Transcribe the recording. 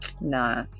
Nah